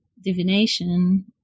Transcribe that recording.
divination